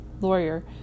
lawyer